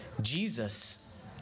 Jesus